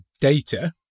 data